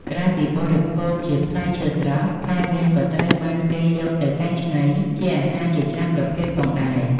ក្រៅពីបរិភោគជាផ្លែឈើស្រស់ ផ្លែមៀនក៏ត្រូវបានគេយកទៅកែច្នៃជាអាហារជាច្រើនប្រភេទផងដែរ។